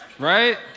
right